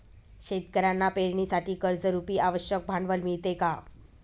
शेतकऱ्यांना पेरणीसाठी कर्जरुपी आवश्यक भांडवल मिळते का?